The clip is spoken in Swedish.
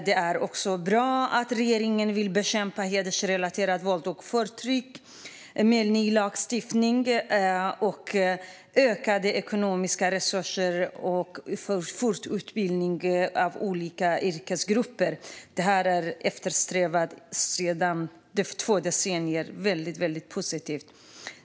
Det är också bra att regeringen vill bekämpa hedersrelaterat våld och förtryck med ny lagstiftning, ökade ekonomiska resurser och fortbildning av olika yrkesgrupper. Det här har eftersträvats i två decennier, och det är väldigt positivt.